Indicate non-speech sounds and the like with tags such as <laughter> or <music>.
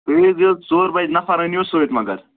تُہۍ <unintelligible> ییٖزیو ژور بجہِ نفر أنِو سۭتۍ مگر